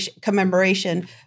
commemoration